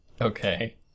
Okay